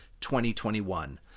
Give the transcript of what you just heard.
2021